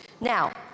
Now